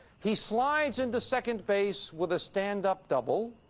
he slides into second base with a stand-up double.